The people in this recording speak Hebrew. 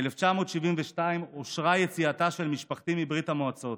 ב-1972 אושרה יציאתה של משפחתי מברית המועצות.